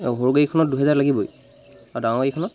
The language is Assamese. আৰু সৰু গাড়ীখনত দুহেজাৰ লাগিবই আৰু ডাঙৰ গাড়ীখনত